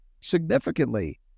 significantly